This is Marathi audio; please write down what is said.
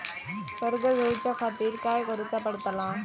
कर्ज घेऊच्या खातीर काय करुचा पडतला?